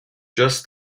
just